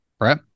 right